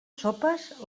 sopes